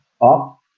up